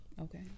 okay